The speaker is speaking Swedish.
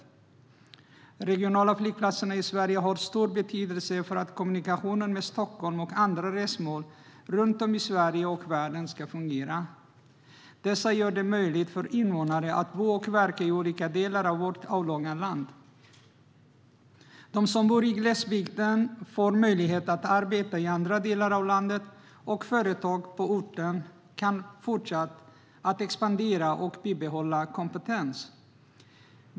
De regionala flygplatserna i Sverige har stor betydelse för att kommunikationen med Stockholm och andra resmål runt om i Sverige och världen ska fungera. De gör det möjligt för invånare att bo och verka i olika delar av vårt avlånga land. De som bor i glesbygden får möjlighet att arbeta i andra delar av landet, och företag på orten kan fortsätta att expandera och bibehålla kompetens.